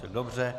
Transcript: Dobře.